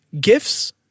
gifts